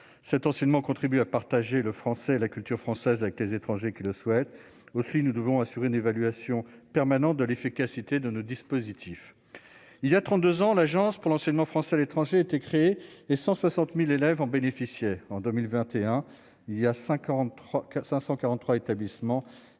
cet enseignement contribue à partager le français et la culture française avec des étrangers qui le souhaitent aussi, nous devons assurer une évaluation permanente de l'efficacité de nos dispositifs, il y a 32 ans, l'agence pour l'enseignement français à l'étranger a été créé et 160000 élèves ont bénéficié en 2021 il y a 53 543 établissements